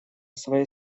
своей